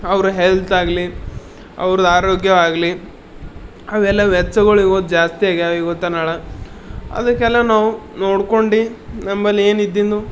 ಅವರ ಹೆಲ್ತ್ ಆಗಲಿ ಅವ್ರ್ದು ಆರೋಗ್ಯ ಆಗಲಿ ಅವೆಲ್ಲ ವೆಚ್ಚಗಳು ಇವು ಜಾಸ್ತಿ ಆಗ್ಯಾವ ಇವತ್ತೋ ನಾಳೆ ಅದಕ್ಕೆಲ್ಲ ನಾವು ನೋಡ್ಕೊಂಡು ನಂಬಲ್ಲಿ ಏನಿದ್ದಿನ್ನು